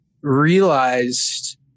realized